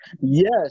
Yes